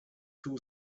two